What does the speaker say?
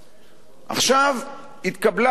עכשיו, התקבלה החלטה,